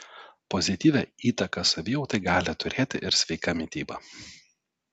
pozityvią įtaką savijautai gali turėti ir sveika mityba